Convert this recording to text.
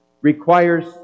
requires